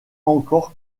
encore